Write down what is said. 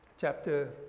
chapter